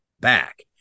back